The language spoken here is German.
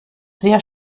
sehr